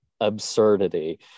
absurdity